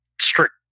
strict